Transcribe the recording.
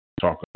talk